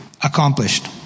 accomplished